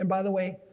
and by the way,